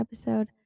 episode